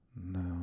No